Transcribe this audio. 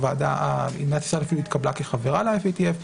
מדינת ישראל התקבלה כחברה ל-FATF.